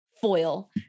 foil